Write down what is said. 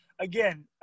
again